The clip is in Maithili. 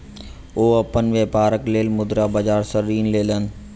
ओ अपन व्यापारक लेल मुद्रा बाजार सॅ ऋण लेलैन